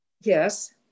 Yes